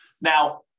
Now